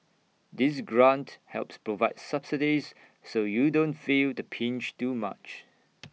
this grant helps provide subsidies so you don't feel the pinch too much